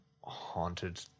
Haunted